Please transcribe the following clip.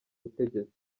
butegetsi